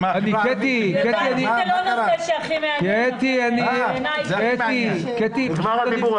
--- זה לא נושא שהכי מעניין אבל בעיני --- נגמר הדיבור.